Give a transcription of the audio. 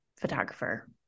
photographer